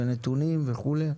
נתונים וכו'?